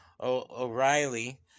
O'Reilly